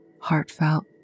heartfelt